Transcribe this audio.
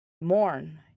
mourn